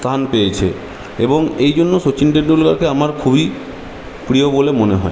স্থান পেয়েছে এবং এই জন্য সচিন টেন্ডুলকারকে আমার খুবই প্রিয় বলে মনে হয়